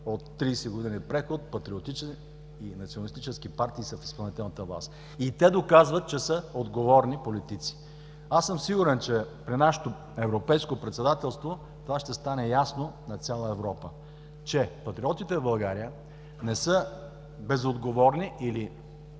от 30 години преход патриотични и националистически партии са в изпълнителната власт и те доказват, че са отговорни политици. Аз съм сигурен, че при нашето европейско председателство това ще стане ясно на цяла Европа – че патриотите в България не са безотговорни